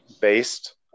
based